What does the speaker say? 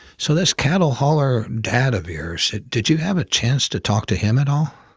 so this cattle hauler dad of yours, did you have a chance to talk to him at all?